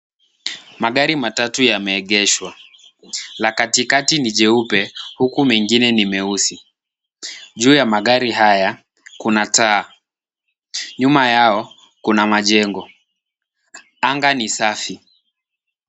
Magari matatu yameegeshwa, la katikati ni jeupe huku mengine ni meusi. Juu ya magari haya kuna taa. Nyuma yao kuna majengo. Anga ni safi.